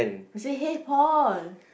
he say hey Paul